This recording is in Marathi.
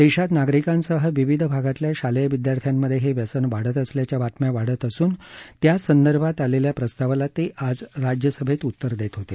देशात नागरिकांसह विविध भागातल्या शालेय विद्यार्थ्यांमधे हे व्यसन वाढत असल्याच्या बातम्या वाढत असून त्यासंदर्भात आलेल्या प्रस्तावाला ते आज राज्यसभेत उत्तर देत होते